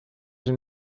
den